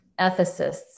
ethicists